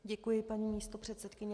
Děkuji, paní místopředsedkyně.